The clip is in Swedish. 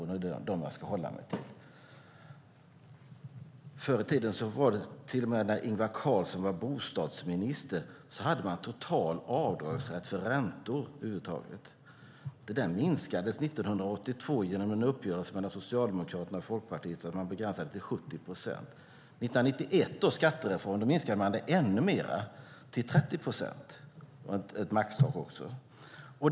Det är dem jag ska hålla mig till. När Ingvar Carlsson var bostadsminister fanns en total avdragsrätt för räntor. Den minskades 1982 genom en uppgörelse mellan Socialdemokraterna och Folkpartiet och begränsades till 70 procent. År 1991 i samband med skattereformen minskades den ännu mer, nämligen till 30 procent - med ett maxtak.